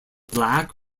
black